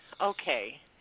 Okay